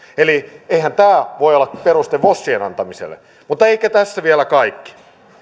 eli eihän tämä voi olla peruste vosien antamiselle eikä tässä vielä kaikki